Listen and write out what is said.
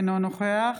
אינו נוכח